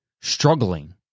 struggling